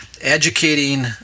educating